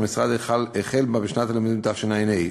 שהמשרד החל בה בשנת הלימודים תשע"ה,